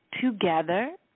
together